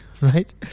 right